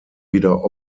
wieder